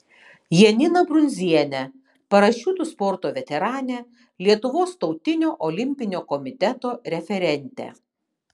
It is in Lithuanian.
janiną brundzienę parašiutų sporto veteranę lietuvos tautinio olimpinio komiteto referentę